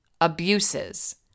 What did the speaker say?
abuses